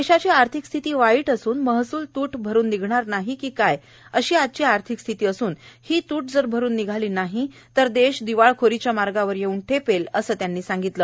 देशाची आर्थिक स्थिती वाईट असून महसूल तूट भरून निघणार की नाही अशी आजची आर्थिक स्थिती असून ही तूट जर भरून निघाली नाही तर देश दिवाळखोरीच्या मार्गावर येऊ ठेपेल असं त्यांनी सांगितलं